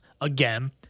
again